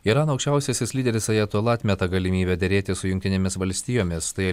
irano aukščiausiasis lyderis ajatola atmeta galimybę derėtis su jungtinėmis valstijomis tai